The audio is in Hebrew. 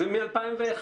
זה מ-2001.